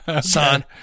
son